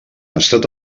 estat